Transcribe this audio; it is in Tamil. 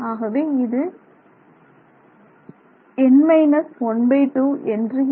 ஆகவே இது n 12 என்று இருக்கும்